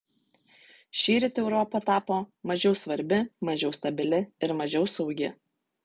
šįryt europa tapo mažiau svarbi mažiau stabili ir mažiau saugi